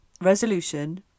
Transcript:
resolution